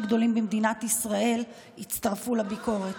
גדולים במדינת ישראל הצטרפו לביקורת.